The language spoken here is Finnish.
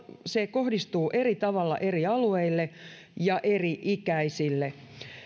se kohdistuu eri tavalla eri alueille ja eri ikäisille